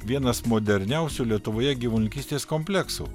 vienas moderniausių lietuvoje gyvulininkystės kompleksų